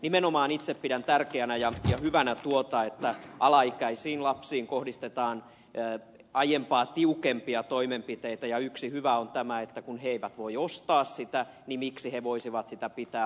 nimenomaan itse pidän tärkeänä ja hyvänä asiana tuota että alaikäisiin lapsiin kohdistetaan aiempaa tiukempia toimenpiteitä ja yksi hyvä näkökohta on tämä että kun he eivät voi ostaa tupakkaa niin miksi he voisivat sitä pitää hallussakaan